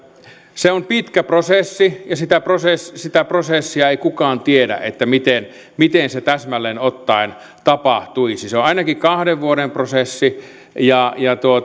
se on pitkä prosessi ja sitä prosessia sitä prosessia ei kukaan tiedä miten miten se täsmälleen ottaen tapahtuisi se on ainakin kahden vuoden prosessi ja